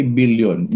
billion